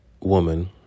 woman